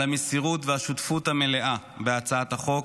על המסירות והשותפות המלאה בהצעת החוק,